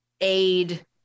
aid